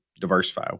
diversify